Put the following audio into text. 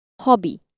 hobby